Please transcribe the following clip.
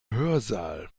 hörsaal